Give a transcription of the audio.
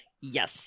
yes